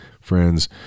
friends